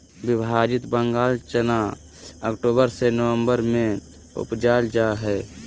विभाजित बंगाल चना अक्टूबर से ननम्बर में उपजाल जा हइ